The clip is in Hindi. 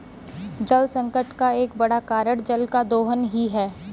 जलसंकट का एक बड़ा कारण जल का दोहन ही है